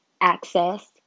access